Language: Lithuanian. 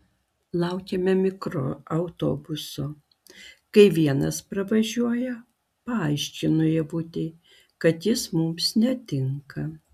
laukiame mikroautobuso kai vienas pravažiuoja paaiškinu ievutei kad jis mums netinka